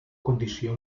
condició